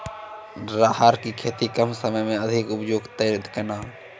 राहर की खेती कम समय मे अधिक उपजे तय केना?